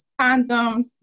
condoms